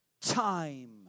Time